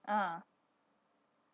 ah